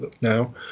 Now